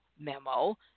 memo